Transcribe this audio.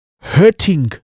hurting